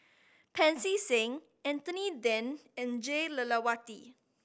Pancy Seng Anthony Then and Jah Lelawati